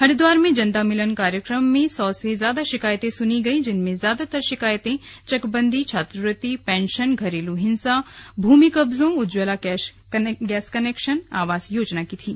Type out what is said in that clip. हरिद्वार में जनता मिलन कार्यक्रम में सौ से ज्यादा शिकायतें सुनी गई जिनमें ज्यादातर शिकायतें चकबंदी छात्रवृत्ति पेंशन घरेलू हिंसा भूमि कब्जों उज्जवला गैस कनेक्शन आवास योजना की थी